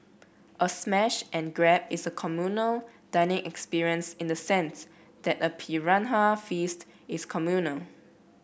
a smash and grab is a dining experience in the sense that a piranha feast is communal